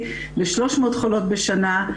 ל-300 חולות בשנה,